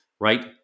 right